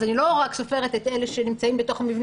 אז אני לא רק סופרת את אלה שנמצאים בתוך המבנה